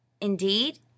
indeed